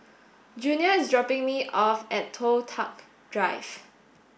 Junior is dropping me off at Toh Tuck Drive